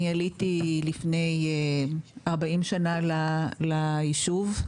עליתי לפני 40 שנה ליישוב,